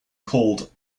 called